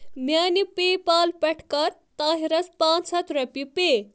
میانہِ پے پال پٮ۪ٹھٕ کَر طاہِرس پانٛژ ہَتھ رۄپیہِ پے